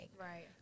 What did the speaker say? right